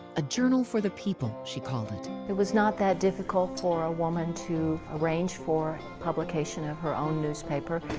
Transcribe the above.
a journal for the people, she called it. mead it was not that difficult for a woman to arrange for publication of her own newspaper.